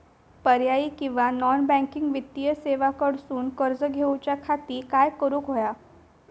पर्यायी किंवा non banking वित्तीय सेवा कडसून कर्ज घेऊच्या खाती काय करुक होया?